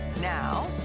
Now